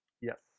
Yes